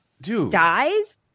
dies